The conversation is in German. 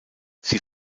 sie